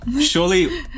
Surely